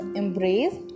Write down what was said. embrace